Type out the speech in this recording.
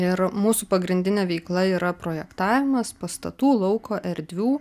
ir mūsų pagrindinė veikla yra projektavimas pastatų lauko erdvių